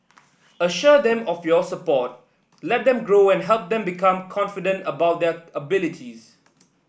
assure them of your support let them grow and help them become confident about their abilities